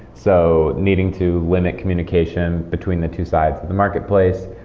so needing to limit communication between the two sides of the marketplace,